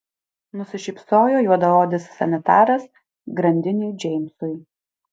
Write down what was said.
nusišypsojo juodaodis sanitaras grandiniui džeimsui